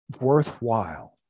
worthwhile